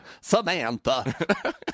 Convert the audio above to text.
samantha